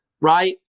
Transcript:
right